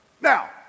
Now